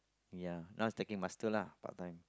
ya now is taking master lah part time